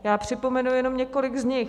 Já připomenu jenom několik z nich.